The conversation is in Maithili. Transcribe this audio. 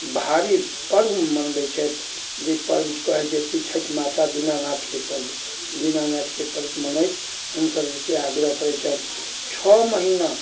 भारी पर्व मनबैत छथि जे पर्व कहैत जाइत छियै छठि माता दिनानाथके पर्व दिनानाथके पर्व मनैत हुनकर जे छै आग्रह करैत छनि छओ महीना